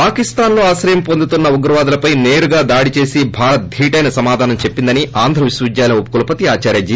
పాకిస్తాన్లో ఆశ్రయం పొందుతున్న ఉగ్రవాదులపై సేరుగా దాడిచేసి భారత్ దీటైన సమాధానం చెప్పిందని ఆంధ్రవిశ్వవిద్యాలయం ఉపకుపలతో ఆదార్య జి